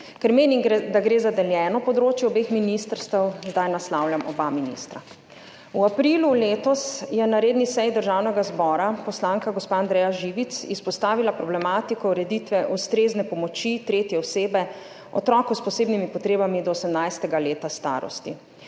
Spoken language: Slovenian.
Ker menim, da gre za deljeno področje obeh ministrstev, zdaj naslavljam oba ministra. V aprilu letos je na redni seji Državnega zbora poslanka gospa Andreja Živic izpostavila problematiko ureditve ustrezne pomoči tretje osebe otroku s posebnimi potrebami do 18. leta starosti.